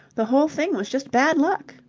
the whole thing was just bad luck.